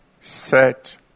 Set